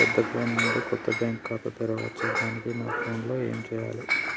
నా పెద్ద ఫోన్ నుండి కొత్త బ్యాంక్ ఖాతా తెరవచ్చా? దానికి నా ఫోన్ లో ఏం చేయాలి?